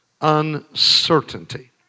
Uncertainty